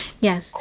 Yes